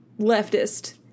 leftist